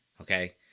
okay